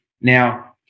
Now